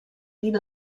wie